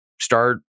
start